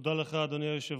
תודה לך, אדוני היושב-ראש.